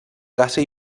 caça